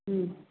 ம்